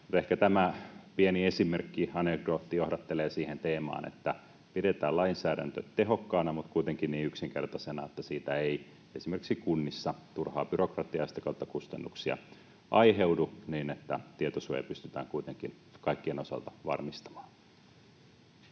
Ehkä tämä pieni esimerkki, anekdootti, johdattelee siihen teemaan, että pidetään lainsäädäntö tehokkaana mutta kuitenkin niin yksinkertaisena, että siitä ei esimerkiksi kunnissa turhaa byrokratiaa ja sitä kautta kustannuksia aiheudu, niin että tietosuoja pystytään kuitenkin kaikkien osalta varmistamaan.